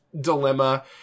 dilemma